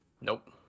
Nope